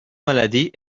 maladie